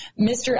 Mr